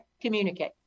communicate